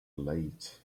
late